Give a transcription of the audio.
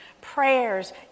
prayers